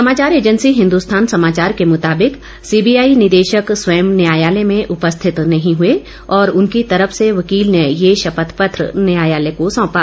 समाचार ऐजेंसी हिन्दुस्थान समाचार के मुताबिक सीबीआई निदेशक स्वयें न्यायालय में उपस्थित नहीं हुए और उनकी तरफ से वकील ने ये शपथ पत्र न्यायालय को सौंपा